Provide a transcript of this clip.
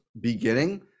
beginning